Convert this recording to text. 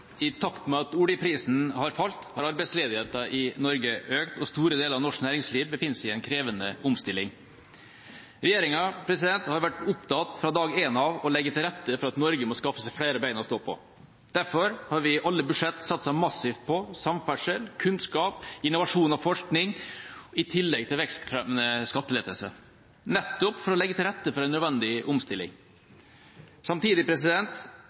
Norge økt, og store deler av norsk næringsliv befinner seg i en krevende omstilling. Regjeringa har vært opptatt av fra dag én å legge til rette for at Norge skal skaffe seg flere bein å stå på. Derfor har vi i alle budsjetter satset massivt på samferdsel, kunnskap, innovasjon og forskning, i tillegg til vekstfremmende skattelettelser, nettopp for å legge til rette for en nødvendig omstilling. Samtidig